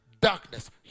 darkness